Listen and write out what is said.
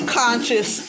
conscious